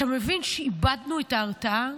אתה מבין שאיבדנו את ההרתעה?